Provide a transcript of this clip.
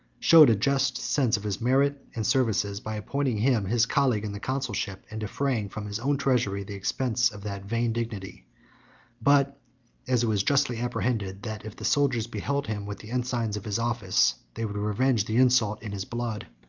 showed a just sense of his merit and services, by appointing him his colleague in the consulship, and defraying from his own treasury the expense of that vain dignity but as was justly apprehended, that if the soldiers beheld him with the ensigns of his office, they would revenge the insult in his blood,